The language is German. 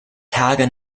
tage